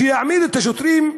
שיעמידו את השוטרים,